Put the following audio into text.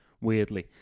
weirdly